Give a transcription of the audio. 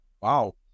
Wow